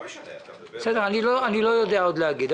אני עוד לא יודע להגיד.